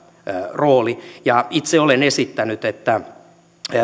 rooli itse olen esittänyt että